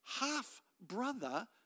half-brother